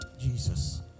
Jesus